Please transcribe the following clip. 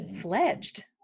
Fledged